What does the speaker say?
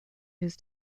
his